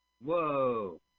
Whoa